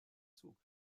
zug